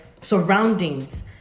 surroundings